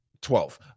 Twelve